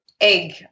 egg